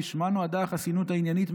לשמה נועדה החסינות העניינית,